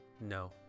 No